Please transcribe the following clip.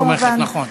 כמובן,